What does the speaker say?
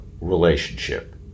relationship